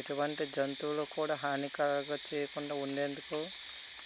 ఎటువంటి జంతువులు కూడా హాని కలుగ చేయకుండా ఉండేందుకు